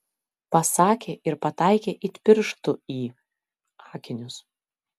pasakė ir pataikė it pirštu į akinius